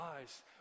eyes